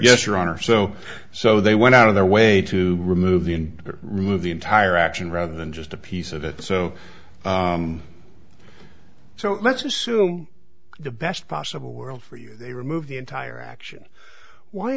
honor so so they went out of their way to remove the and remove the entire action rather than just a piece of it so so let's assume the best possible world for you they remove the entire action why